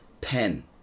pen